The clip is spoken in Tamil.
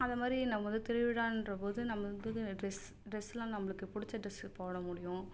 அது மாதிரி நம்ம வந்து திருவிழான்ற போது நம்ம வந்து ட்ரெஸ் ட்ரெஸெலாம் நம்மளுக்கு பிடிச்ச ட்ரெஸ்ஸு போட முடியும்